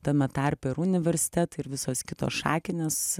tame tarpe ir universitetai ir visos kitos šakinės